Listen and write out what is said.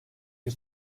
bir